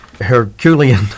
Herculean